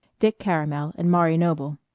dick caramel and maury noble.